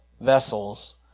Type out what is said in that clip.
vessels